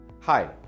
Hi